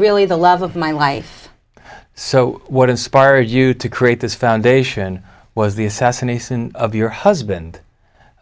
really the love of my life so what inspired you to create this foundation was the assassination of your husband